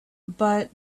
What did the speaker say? but